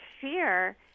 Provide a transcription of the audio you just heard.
fear